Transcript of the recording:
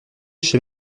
chez